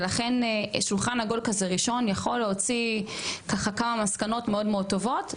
ולכן שולחן עגול כזה ראשון יכול להוציא ככה כמה מסקנות מאוד טובות.